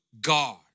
God